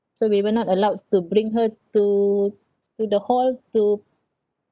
so we were not allowed to bring her to to the hall to